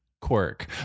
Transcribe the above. quirk